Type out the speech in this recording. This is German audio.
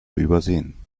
übersehen